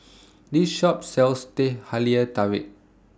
This Shop sells Teh Halia Tarik